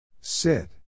Sit